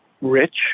rich